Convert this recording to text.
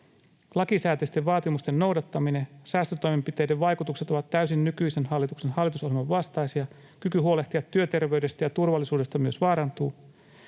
Lakisääteisten vaatimusten noudattaminen: ”Säästötoimenpiteiden vaikutukset ovat täysin nykyisen hallituksen hallitusohjelman vastaisia, kyky huolehtia työterveydestä ja turvallisuudesta myös vaarantuu.”